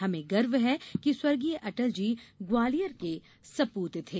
हमें गर्व है कि स्व अटल जी ग्वालियर के सपूत थे